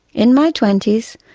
in my twenties,